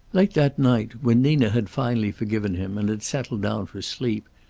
late that night when nina had finally forgiven him and had settled down for sleep,